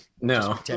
No